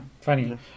funny